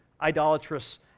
idolatrous